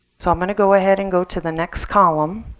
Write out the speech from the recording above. so i'm going to go ahead and go to the next column.